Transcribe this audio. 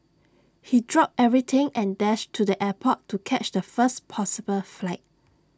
he dropped everything and dashed to the airport to catch the first possible flight